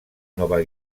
nova